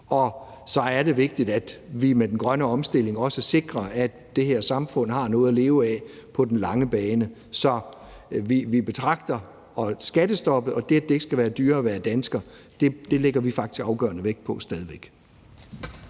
Og så er det vigtigt, at vi med den grønne omstilling også sikrer, at det her samfund har noget at leve af på den lange bane. Så skattestoppet og det, at det ikke skal være dyrere at være dansker, lægger vi afgørende vægt på stadig væk.